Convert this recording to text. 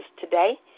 today